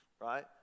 right